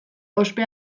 ospe